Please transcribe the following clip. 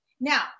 Now